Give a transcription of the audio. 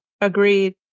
Agreed